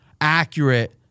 accurate